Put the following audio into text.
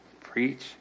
Preach